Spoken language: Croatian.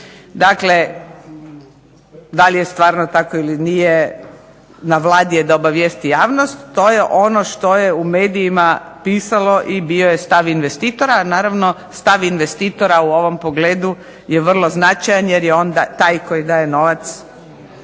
Dakle, da li je stvarno tako ili nije, na vladi je da obavijesti javnost, to je ono što je u medijima pisalo i bio je stav investitora, naravno stav investitora u ovom pogledu je vrlo značajan jer je on taj koji daje novac